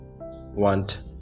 want